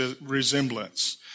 resemblance